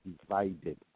divided